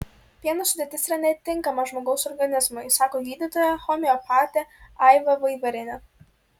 pieno sudėtis yra netinkama žmogaus organizmui sako gydytoja homeopatė aiva vaivarienė